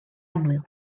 annwyl